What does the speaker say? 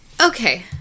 Okay